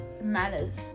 manners